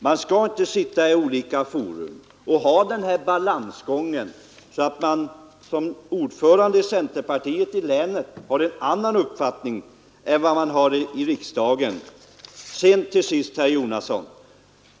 Man skall inte inför olika fora gå den här balansgången, så att man som länsstyrelseledamot, tillika ordförande i centerpartiet i länet, har en annan uppfattning än vad man har i riksdagen.